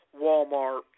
Walmart